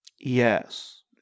Yes